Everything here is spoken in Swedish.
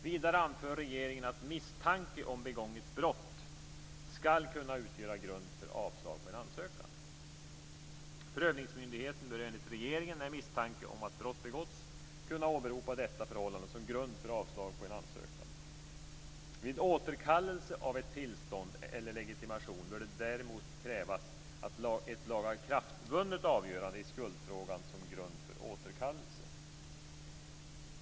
Vidare anför regeringen att misstanke om begånget brott skall kunna utgöra grund för avslag på en ansökan. Prövningsmyndigheten bör enligt regeringen, när misstanke om att brott begåtts, kunna åberopa detta förhållande som grund för avslag på en ansökan. Vid återkallelse av ett tillstånd eller en legitimation bör det däremot krävas ett lagakraftbundet avgörande i skuldfrågan som grund för återkallelse.